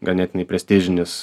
ganėtinai prestižinis